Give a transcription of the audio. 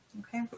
Okay